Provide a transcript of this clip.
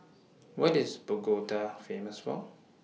What IS Bogota Famous For